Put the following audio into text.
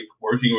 working